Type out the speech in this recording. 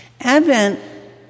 Advent